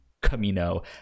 camino